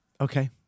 Okay